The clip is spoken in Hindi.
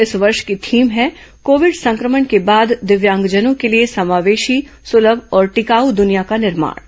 इस वर्ष की थीम है कोविड संक्रमण के बाद दिव्यांगजनों के लिए समावेशी सुलभ और टिकाऊ दुनिया का निर्माण